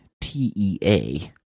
T-E-A